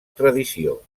tradició